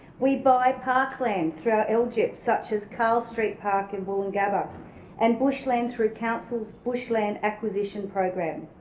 we buy parkland through our lgip such as carl street park in woolloongabba and bushland through council's bushland acquisition program.